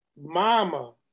Mama